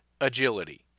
agility